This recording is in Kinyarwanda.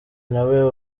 nawe